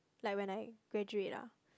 like when I graduate ah